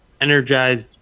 energized